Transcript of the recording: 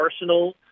Arsenal